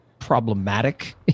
Problematic